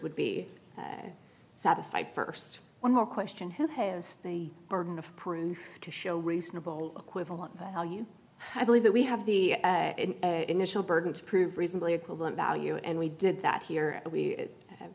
would be satisfied first one more question who has the burden of proof to show reasonable acquittal of value i believe that we have the initial burden to prove reasonably equivalent value and we did that here and we have